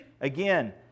again